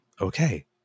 Okay